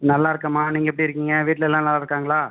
நல்லாருக்கம்மா நீங்கள் எப்படி இருக்கிங்க வீட்டில் எல்லாம் நல்லாருக்காங்களா